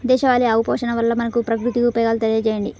దేశవాళీ ఆవు పోషణ వల్ల మనకు, ప్రకృతికి ఉపయోగాలు తెలియచేయండి?